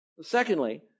Secondly